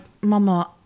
Mama